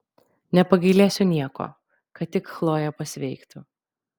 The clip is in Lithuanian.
nepagailėsiu nieko kad tik chlojė pasveiktų